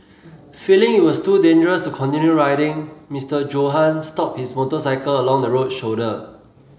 feeling it was too dangerous to continue riding Mister Johann stopped his motorcycle along the road shoulder